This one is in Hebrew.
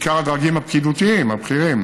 בעיקר הדרגים הפקידותיים הבכירים,